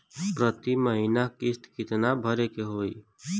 प्रति महीना किस्त कितना भरे के होई?